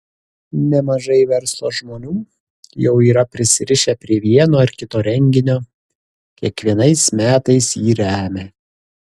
nemažai verslo žmonių jau yra prisirišę prie vieno ar kito renginio kiekvienais metais jį remią